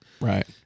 Right